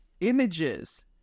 images